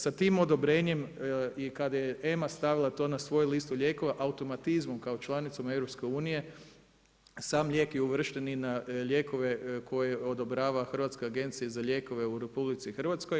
Sa tim odobrenjem kada je EMA stavila to na svoju listu lijekova automatizmom kao članicom EU sam lijek je uvršten i na lijekove koje odobrava Hrvatska agencija za lijekove u RH.